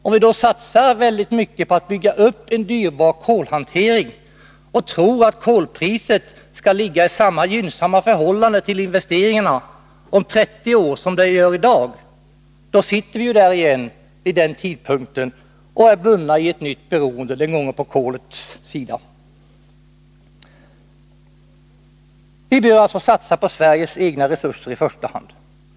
Om vi då satsar på att bygga upp en dyrbar kolhantering och tror att kolpriset skall ligga kvar i samma gynnsamma förhållande till investeringarna om 30 år som i dag, då sitter vi där igen och är bundna vid ett nytt beroende, denna gång av kolet. Vi bör alltså satsa på Sveriges egna resurser i första hand.